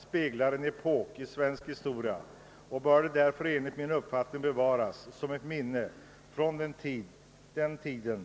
speglar en epok i svensk historia och bör därför enligt min uppfattning bevaras som ett minne från denna tid.